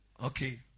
Okay